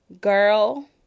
girl